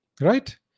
Right